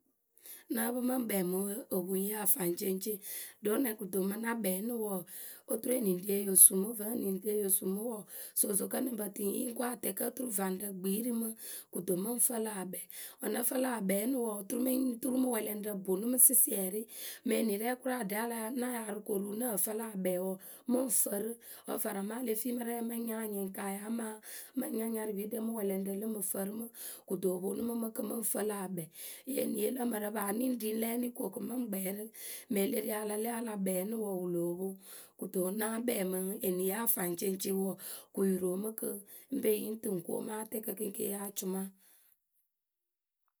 ŋ́ nǝ́ǝ pɨ mǝ ŋ́ kpɛ mɨ opuŋyǝ afaŋceŋceŋ ɖo nɛ kɨto mǝŋ ŋ́ na kpɛɛ ǝnɨ wǝǝ oturu eniŋrie yo su mɨ, vǝ́ eniŋrie yo su mɨ ǝnɨ wǝǝ, sooso kǝ́ ŋ́ nǝ pǝ tjɨ ŋ́ yi ŋ́ ko atɛɛkǝ oturu vaŋrǝ gbii rǝ mɨ kɨto mɨ ŋ fǝǝlɨ akpɛɛ wǝ́ ŋ́ nǝ fǝǝlɨ akpɛɛ ǝnɨ wǝǝ oturu mɨ wɛlɛŋrǝ bonu mɨ sɩsiɛrɩ. Mǝŋ enirɛɛyǝ kʊraa aɖɛ ŋ́ na yaa rɨ koru ŋ́ nǝǝ fǝǝlɨ akpɛɛ wǝǝ, mǝ ŋ fǝrɨ wǝ́ vara le fii mɨ rɛɛwǝ mɨ ŋ nya anyɩŋka amaa mɨ ŋ́ nya nyarɨpiɖɛ mɨ wɛlɛŋrǝ lǝ ŋ mɨ fǝrɨ mɨ. Kɨto wǝ ponu mɨ mɨ kɨ mǝ ŋ fǝǝlɨ akpɛɛ ŋyǝ eniye lǝ mǝrǝ paa ŋ́ nǝŋ ri ŋ lɛ ko kɨ mɨ ŋ́ kpɛɛ rǝ. Mǝŋ e le ri a la lɛ wǝ́ a la kpɛɛ ǝnɨ wǝ loo poŋ. Kɨto ŋ́ náa kpɛɛ mɨ eniyǝ afaŋceŋceŋ wǝǝ kɨ yɨ roo mǝ kɨ ŋ́ pe yi ŋ́ tɨ ŋ́ ko mɨ atɛɛkǝ kɨ ŋ́ ke yee acʊma.